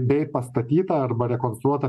bei pastatyta arba rekonstruota